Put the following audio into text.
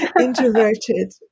introverted